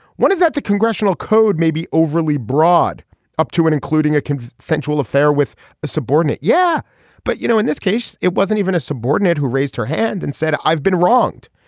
one is that the congressional code may be overly broad up to an including a central affair with a subordinate. yeah but you know in this case it wasn't even a subordinate who raised her hand and said i've been wronged.